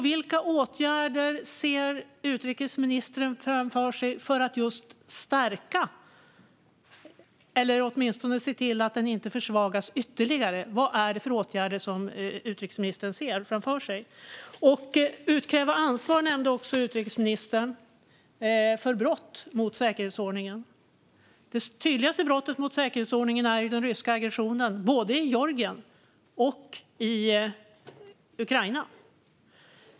Vilka åtgärder ser utrikesministern framför sig för att just stärka säkerhetsordningen, eller åtminstone se till att den inte försvagas ytterligare? Vad är det för åtgärder som utrikesministern ser framför sig? Utrikesministern nämnde också att man ska utkräva ansvar för brott mot säkerhetsordningen. Det tydligare brottet mot säkerhetsordningen är den ryska aggressionen i både Georgien och Ukraina.